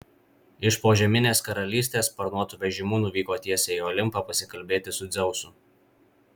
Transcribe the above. iš požeminės karalystės sparnuotu vežimu nuvyko tiesiai į olimpą pasikalbėti su dzeusu